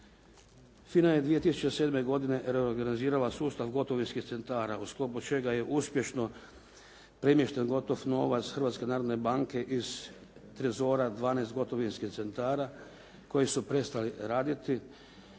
FINA je 2007. godine reorganizirala sustav gotovinskih centara u sklopu čega je uspješno premješten gotov novac Hrvatske narodne banke iz trezora 12 gotovinskih centar koji su prestali raditi